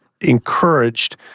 encouraged